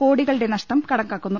കോടികളുടെ നഷ്ടം കണ ക്കാക്കുന്നു